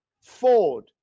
Ford